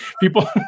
people